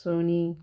Sony